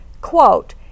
quote